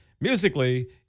musically